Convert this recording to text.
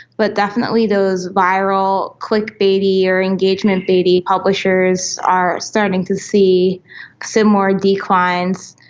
but definitely those viral click-baity or engagement-baity publishers are starting to see similar declines.